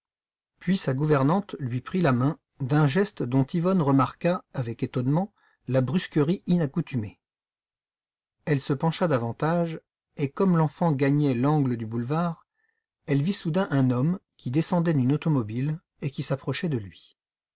puis sa gouvernante lui prit la main d'un geste dont yvonne remarqua avec étonnement la brusquerie inaccoutumée elle se pencha davantage et comme l'enfant gagnait l'angle du boulevard elle vit soudain un homme qui descendait d'une automobile et qui s'approchait de lui